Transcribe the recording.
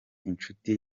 inshuti